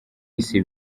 isi